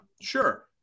Sure